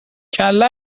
کله